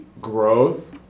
growth